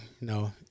no